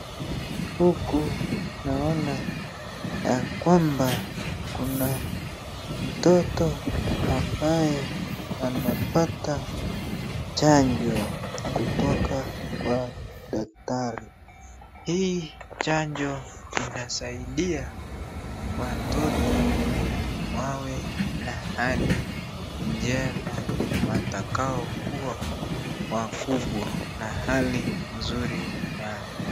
Huku naona ya kwamba kuna mtoto ambaye anapata chanjo kutoka kwa daktari, hii chanjo inasaidia watoto wawe na hali njema watakao kuwa wakubwa na hali mzuri ya mwili.